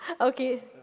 Okay